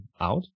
out